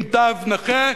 עם תו נכה,